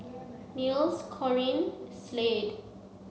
Nils Corine and Slade